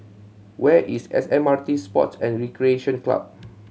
where is S M R T Sports and Recreation Club